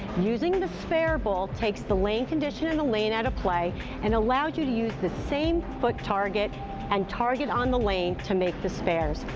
using the spare ball takes the lane condition and the lane out of play and allows you to use the same foot target and target on the lane to make the spares.